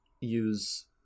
use